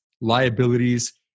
liabilities